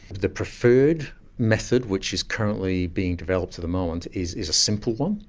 the preferred method which is currently being developed at the moment, is is a simple one.